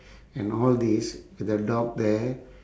and all these with the dog there